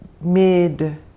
made